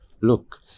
look